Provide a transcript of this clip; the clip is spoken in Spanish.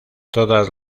todas